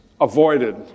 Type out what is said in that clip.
avoided